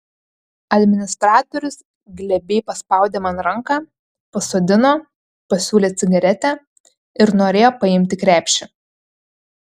administratorius glebiai paspaudė man ranką pasodino pasiūlė cigaretę ir norėjo paimti krepšį